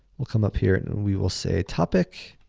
we'll come up here and we will say topic,